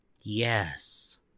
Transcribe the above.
Yes